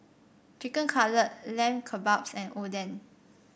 Chicken Cutlet Lamb Kebabs and Oden